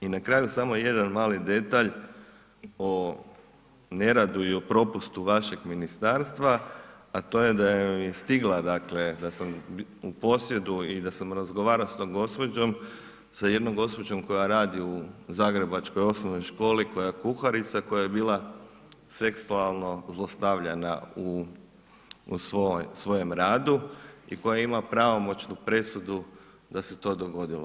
I na kraju samo jedan mali detalj o neradu i o propustu vašeg ministarstva a to je da je stigla dakle, da sam u posjedu i da sam razgovarao s tom gospođom, sa jednom gospođom koja radi u zagrebačkoj osnovnoj školi koja je kuharica, koja je bila seksualno zlostavljana u svojem radu i koja ima pravomoćnu presudu da se to dogodilo.